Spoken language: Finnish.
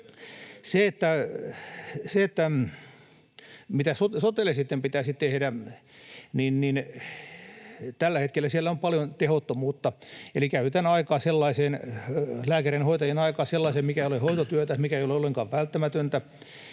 Mitä sotelle sitten pitäisi tehdä? Tällä hetkellä siellä on paljon tehottomuutta. Eli siitä, että käytetään lääkärien ja hoitajien aikaa sellaiseen, mikä ei ole hoitotyötä, mikä ei ole ollenkaan välttämätöntä,